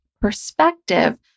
Perspective